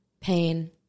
pain